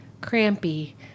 crampy